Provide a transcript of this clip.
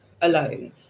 alone